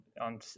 on